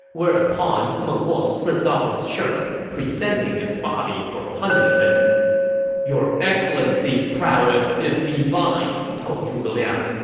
whereupon meng huo stripped off his shirt, presenting his body for punishment your excellency's prowess is divine! he told zhuge liang.